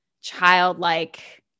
childlike